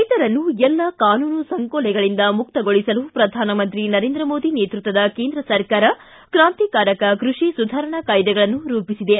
ರೈತರನ್ನು ಎಲ್ಲ ಕಾನೂನು ಸಂಕೋಲೆಗಳಂದ ಮುಕ್ತಗೊಳಿಸಲು ಪ್ರಧಾನಮಂತ್ರಿ ನರೇಂದ್ರ ಮೋದಿ ನೇತೃತ್ವದ ಕೇಂದ್ರ ಸರ್ಕಾರ ಕ್ರಾಂತಿಕಾರಕ ಕೃಷಿ ಸುಧಾರಣಾ ಕಾಯ್ದೆಗಳನ್ನು ರೂಪಿಸಿದೆ